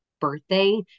birthday